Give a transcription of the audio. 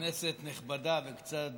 כנסת נכבדה וקצת